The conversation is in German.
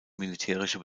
militärische